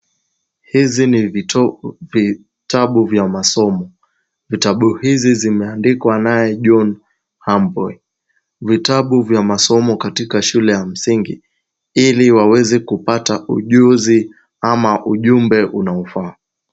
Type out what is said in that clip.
Hizi ni vitabu vya masomo. Vitabu hizi zimeandikwa naye John Habwe. Vitabu vya masomo katika shule ya msingi, ili waweze kupata ujuzi ama ujumbe unaofaa.